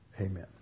Amen